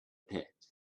pit